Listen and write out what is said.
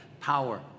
power